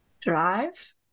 Drive